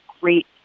great